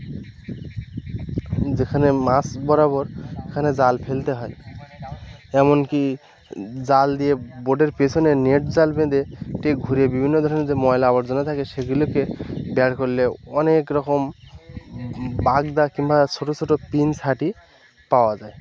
যেখানে মাঝ বরাবর এখানে জাল ফেলতে হয় এমন কি জাল দিয়ে বোটের পেছনে নেট জাল বেঁধে এটে ঘুরে বিভিন্ন ধরনের যে ময়লা আবর্জনা থাকে সেগুলোকে বের করলে অনেক রকম বাগদা কিম্বা ছোটো ছোটো পিন সাটি পাওয়া যায়